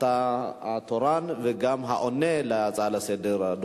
אתה התורן וגם העונה על ההצעה לסדר-היום,